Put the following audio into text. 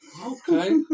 Okay